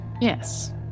Yes